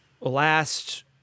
last